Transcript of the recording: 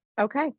Okay